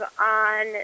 on